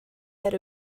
had